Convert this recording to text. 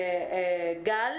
גל